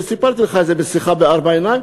וסיפרתי לך את זה בשיחה בארבע עיניים,